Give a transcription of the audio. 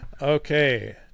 okay